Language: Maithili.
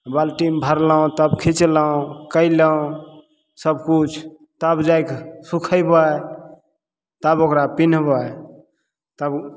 बाल्टिन भरलहुँ तब खिचलहुँ कयलहुँ सबकिछु तब जाके सुखेबय तब ओकरा पिन्हबय तब